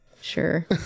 Sure